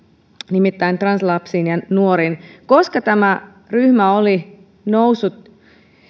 nimittäin translapsiin ja nuoriin koska tämä ryhmä oli noussut